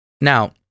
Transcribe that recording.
Now